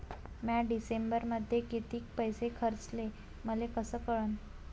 म्या डिसेंबरमध्ये कितीक पैसे खर्चले मले कस कळन?